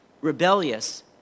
rebellious